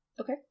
okay